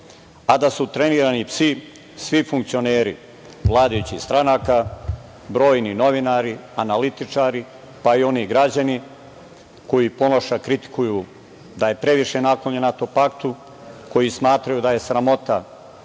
a da su trenirani psi svi funkcioneri vladajućih stranaka, brojni novinari, analitičari, pa i oni građani koji Ponoša kritikuju da je previše naklonjen NATO paktu, koji smatraju da je sramota